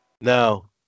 No